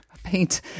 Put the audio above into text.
paint